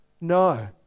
No